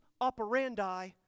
operandi